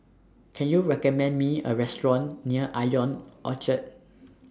Can YOU recommend Me A Restaurant near Ion Orchard